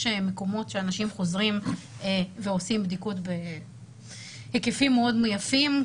יש מקומות שאנשים חוזרים ועושים בדיקות בהיקפים מאוד יפים,